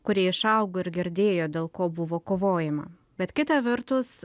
kurie išaugo ir girdėjo dėl ko buvo kovojama bet kita vertus